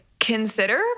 consider